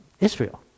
Israel